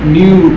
new